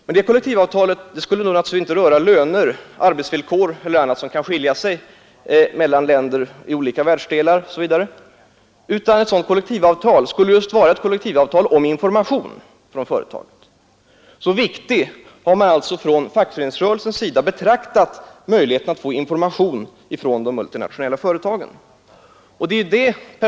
Men det kollektivavtalet skulle inte röra löner, arbetsvillkor eller annat som kan skilja mellan olika länder och världsdelar, utan ett sådant avtal skulle vara ett kollektivavtal om information från företaget. Som så viktig har alltså fackföreningsrörelsen betraktat möjligheten att få information från de multinationella företagen.